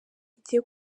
ijye